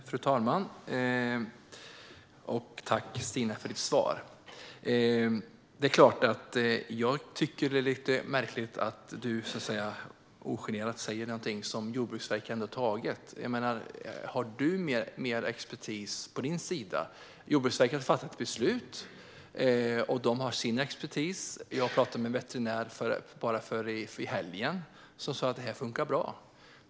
Fru talman! Tack, Stina Bergström, för ditt svar! Det är klart att jag tycker att det är lite märkligt att du ogenerat tar upp något som Jordbruksverket har beslutat. Har du mer expertis på din sida? Jordbruksverket har fattat sitt beslut och man har sin expertis. Jag talade med en veterinär i helgen, och han sa att det här funkar bra.